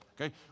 Okay